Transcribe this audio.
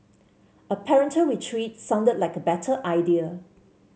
a parental retreat sounded like a better idea